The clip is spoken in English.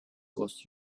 costs